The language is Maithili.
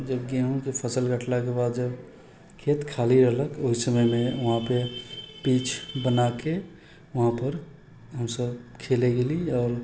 जबकि गहूमके फसल कटलाके बाद जब खेत खाली रहलक ओहि समयमे वहाँपर पिच बनाकऽ वहाँपर हमसब खेलै गेली आओर